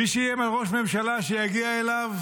מי שאיים על ראש ממשלה שיגיע אליו,